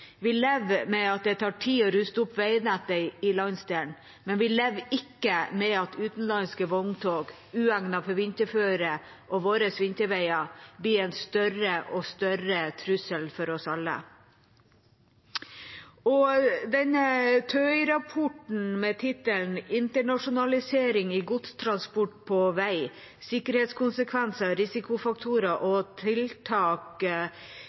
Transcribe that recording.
vi lever med at det tar tid å ruste opp veinettet i landsdelen, men vi lever ikke med at utenlandske vogntog, uegnet for vinterføre og våre vinterveier, blir en større og større trussel for oss alle.» TØI-rapporten med tittelen «Internasjonalisering i godstransport på veg: sikkerhetskonsekvenser, risikofaktorer